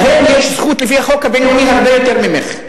להם יש זכות לפי החוק הבין-לאומי הרבה יותר ממך.